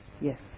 Yes